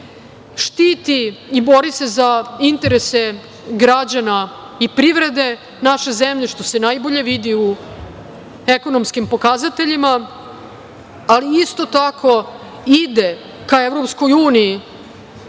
štiti i bori se za interese građana i privrede naše zemlje, što se najbolje vidi u ekonomskim pokazateljima, ali isto tako ide ka EU kao